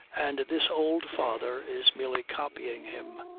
and this old father is merely copying him.